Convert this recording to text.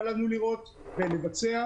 קל לנו לראות ולבצע,